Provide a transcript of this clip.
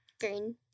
Green